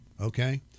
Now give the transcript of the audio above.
Okay